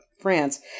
France